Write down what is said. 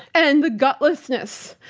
and the gutlessness,